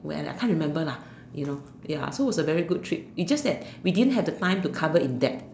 well I can't remember lah you know ya so was a very good trip it just that we didn't have the time to cover in depth